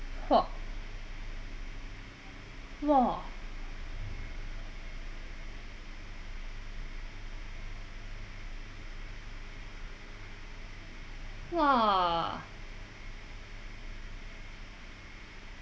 [ho] !woo! !wah!